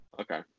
Okay